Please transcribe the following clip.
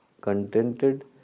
contented